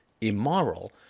immoral